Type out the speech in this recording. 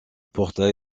portail